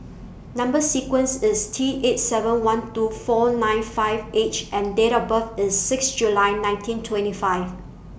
Number sequence IS T eight seven one two four nine five H and Date of birth IS six July nineteen twenty five